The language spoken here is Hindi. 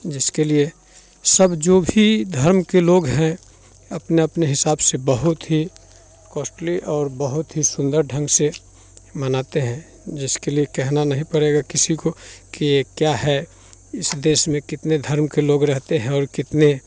जिसके लिए सब जो भी धर्म के लोग हैं अपने अपने हिसाब से बहुत ही कोस्टली और बहुत ही सुंदर ढंग से मनाते हैं जिसके लिए कहना नहीं पड़ेगा किसी को कि ये क्या है इस देश में कितने धर्म के लोग रहते हैं और कितने